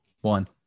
one